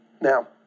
Now